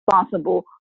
responsible